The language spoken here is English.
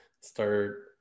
start